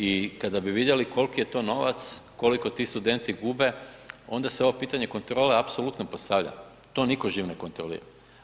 I kada bi vidjeli koliko je to novac, koliko ti studenti gube onda se ovo pitanje kontrole apsolutno postavlja, to možda nitko živ ne kontrolira.